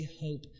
hope